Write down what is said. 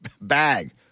bag